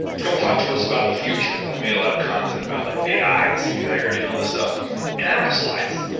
come talk to us about the future because i made a lot of content about like ai and singularity and all this stuff and i don't have slides,